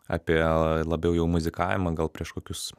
apie labiau jau muzikavimą gal prieš kokius